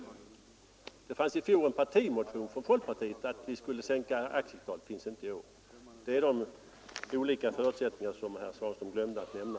I fjol fanns en partimotion från folkpartiet om att sänka aktiekapitalet. Den finns inte i år. Det är de olika förutsättningar som herr Svanström glömde att nämna.